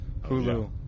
Hulu